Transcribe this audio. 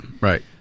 Right